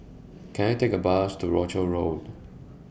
Can I Take A Bus to Rochor Road